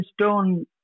stone